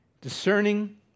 discerning